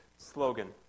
slogan